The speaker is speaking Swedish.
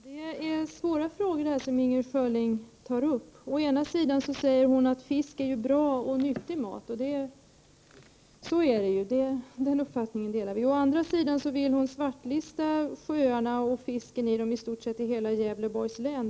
Herr talman! Inger Schörling tar upp svåra frågor. Å ena sidan säger hon att fisk är nyttig mat — och den uppfattningen delar vi ju —, å andra sidan vill hon i stort sett svartlista alla sjöar i Gävleborgs län.